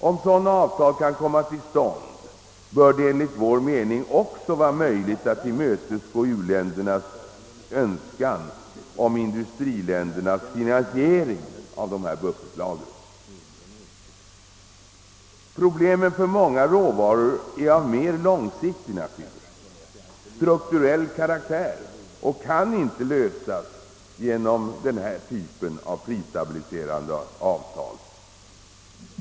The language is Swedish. Om sådana avtal kan komma till stånd bör det enligt vår mening också vara möjligt att tillmötesgå u-ländernas önskan om industriländernas medverkan i finansieringen av buffertlagren. Problemen för många råvaror är av mer långsiktig, strukturell karaktär och kan inte lösas genom denna typ av prisstabiliserande avtal.